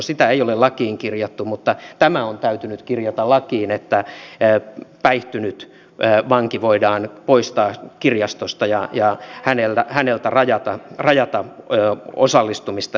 sitä ei ole lakiin kirjattu mutta tämä on täytynyt kirjata lakiin että päihtynyt vanki voidaan poistaa kirjastosta ja rajata häneltä osallistumista siihen